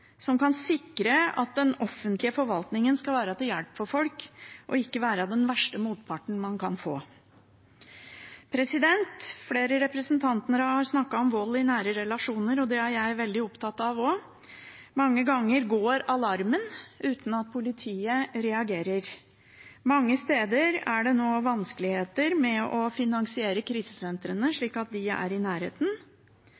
som kan sikre at den offentlige forvaltningen skal være til hjelp for folk og ikke være den verste motparten man kan få. Flere representanter har snakket om vold i nære relasjoner, og det er jeg også veldig opptatt av. Mange ganger går alarmen uten at politiet reagerer. Mange steder er det nå vanskeligheter med å finansiere krisesentrene,